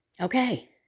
Okay